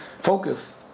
focus